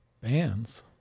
bands